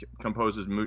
composes